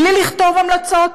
בלי לכתוב המלצות?